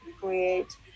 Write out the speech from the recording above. create